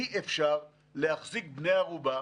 אי-אפשר להחזיק בני ערובה,